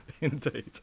Indeed